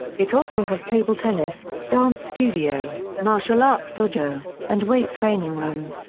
it also has table tennis, dance studio, martial arts dojo, and weight training room.